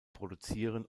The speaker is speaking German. produzieren